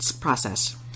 process